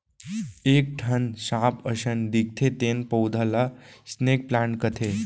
एक ठन सांप असन दिखथे तेन पउधा ल स्नेक प्लांट कथें